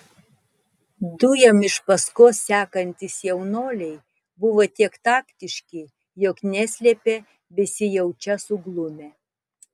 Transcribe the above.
du jam iš paskos sekantys jaunuoliai buvo tiek taktiški jog neslėpė besijaučią suglumę